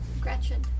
Gretchen